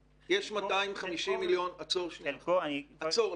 עצור שנייה, עצור.